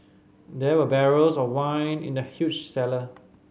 there were barrels of wine in the huge cellar